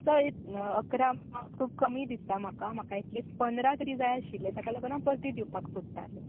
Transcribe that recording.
sir इकरा marks खूब कमी दिसता म्हाका म्हाका एटलिस्ट पंदरा तरी जाय आशिल्ले तेका लागून हांव परती दिवपाक सोदताले